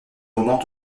moment